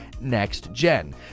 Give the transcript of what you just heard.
next-gen